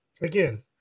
again